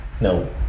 No